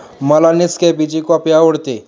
मला नेसकॅफेची कॉफी आवडते